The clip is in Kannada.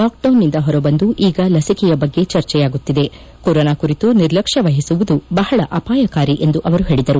ಲಾಕ್ಡೌನ್ನಿಂದ ಹೊರಬಂದು ಈಗ ಲಸಿಕೆಯ ಬಗ್ಗೆ ಚರ್ಚೆಯಾಗುತ್ತಿದೆ ಕೊರೋನಾ ಕುರಿತು ನಿರ್ಲಕ್ಷ್ನ ವಹಿಸುವುದು ಬಹಳ ಅಪಾಯಕಾರಿ ಎಂದು ಅವರು ಹೇಳಿದರು